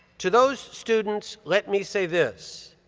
to those students, let me say this.